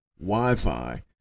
Wi-Fi